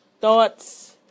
thoughts